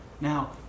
Now